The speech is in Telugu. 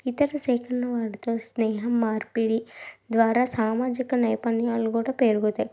ఇతర సేకరణ వాటితో స్నేహం మార్పిడి ద్వారా సామాజిక నైపుణ్యాలు కూడా పెరుగుతాయి